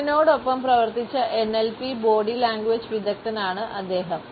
പുടിനോടൊപ്പം പ്രവർത്തിച്ച NLP body language വിദഗ്ദ്ധനാണ് അദ്ദേഹം